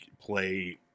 play